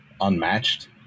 unmatched